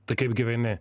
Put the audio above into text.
tai kaip gyveni